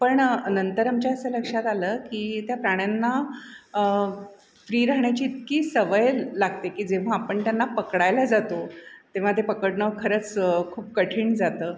पण नंतर आमच्या असं लक्षात आलं की त्या प्राण्यांना फ्री राहण्याची इतकी सवय लागते की जेव्हा आपण त्यांना पकडायला जातो तेव्हा ते पकडणं खरंच खूप कठीण जातं